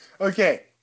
Okay